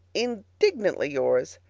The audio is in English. indignantly yours,